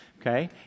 Okay